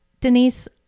Denise